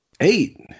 Eight